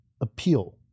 appeal